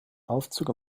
aufzug